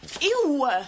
Ew